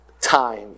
time